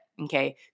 Okay